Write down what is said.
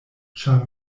ĉar